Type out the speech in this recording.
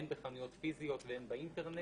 הן בחנויות פיזיות והן באינטרנט.